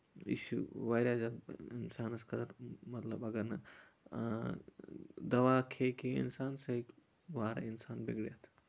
یہِ چھُ واریاہ زیادٕ اِنسانَس خٲطرٕ مطلب اَگر نہٕ دَوا کھیٚیہِ کِہیٖنۍ اِنسان سُہ ہیٚکہِ وارٕ اِنسان بِگڑِتھ